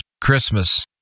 Christmas